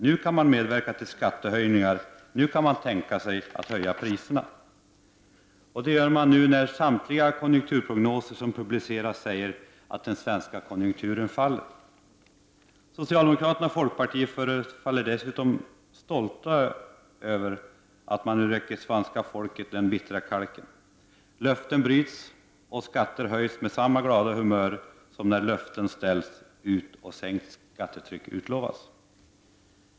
Nu kan folkpartiet medverka till skattehöjningar, och nu kan folkpartiet tänka sig att höja priserna. Detta gör folkpartiet nu när det i samtliga konjunkturprognoser som publiceras sägs att den svenska konjunkturen försämras. Socialdemokraterna och folkpartiet förefaller dessutom stolta över att de nu räcker svenska folket den bittra kalken. Samma glada humör visas när löften bryts och skatter höjs som när löften ställs ut och sänkt skattetryck utlovas.